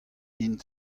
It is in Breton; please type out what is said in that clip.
int